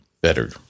better